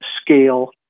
scale